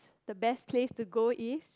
the best place to go is